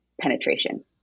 penetration